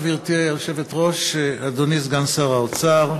גברתי היושבת-ראש, תודה, אדוני סגן שר האוצר,